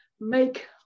make